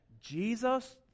Jesus